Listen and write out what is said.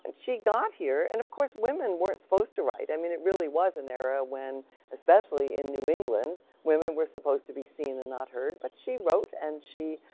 and she got here and of course women weren't supposed to write. i mean it really was an era when especially in new england, women were supposed to be seen and not heard but she wrote and she